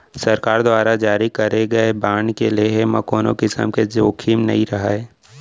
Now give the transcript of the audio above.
सरकार दुवारा जारी करे गए बांड के लेहे म कोनों किसम के जोखिम नइ रहय